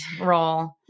role